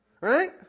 Right